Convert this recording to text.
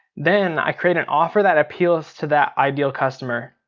then i create an offer that appeals to that ideal customer.